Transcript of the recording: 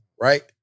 right